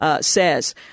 Says